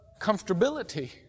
comfortability